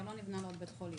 אבל לא נבנה לו עוד בית חולים.